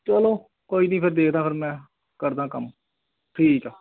ਚਲੋ ਕੋਈ ਨਹੀਂ ਫਿਰ ਦੇਖਦਾ ਫਿਰ ਮੈਂ ਕਰਦਾ ਕੰਮ ਠੀਕ ਹੈ